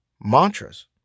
mantras